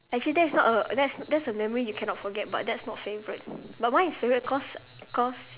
actually that is not a that's that's a memory you cannot forget but that's not favourite but mine is favourite cause cause